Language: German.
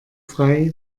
frei